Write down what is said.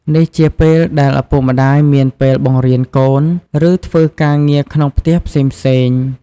នេះជាពេលដែលឪពុកម្ដាយមានពេលបង្រៀនកូន ឬធ្វើការងារក្នុងផ្ទះផ្សេងៗ។